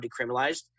decriminalized